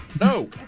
No